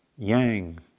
Yang